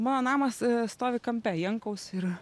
mano namas stovi kampe jankaus ir